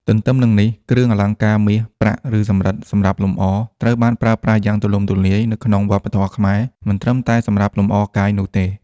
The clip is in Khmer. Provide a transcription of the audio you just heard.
ទទ្ទឹមនឹងនេះ គ្រឿងអលង្ការមាស ប្រាក់ ឬសំរឹទ្ធសម្រាប់លម្អ ត្រូវបានប្រើប្រាស់យ៉ាងទូលំទូលាយនៅក្នុងវប្បធម៌ខ្មែរ មិនត្រឹមតែសម្រាប់លម្អកាយនោះទេ។